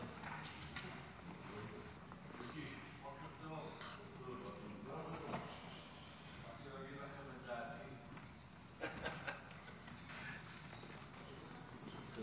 אתם